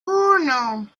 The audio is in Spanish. uno